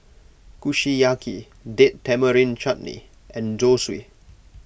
Kushiyaki Date Tamarind Chutney and Zosui